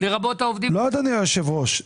לא, אדוני היושב-ראש.